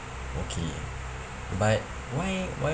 okay but why why